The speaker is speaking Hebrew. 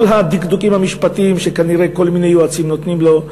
הדקדוקים המשפטיים שכנראה כל מיני יועצים נותנים לו,